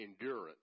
endurance